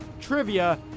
trivia